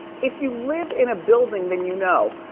if you live in a building, then you know,